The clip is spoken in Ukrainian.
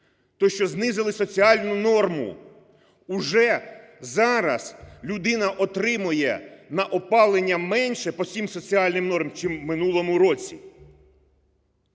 те, що знизили соціальну норму. Уже зараз людина отримує на опалення менше по всім соціальним нормам, чим в минулому році.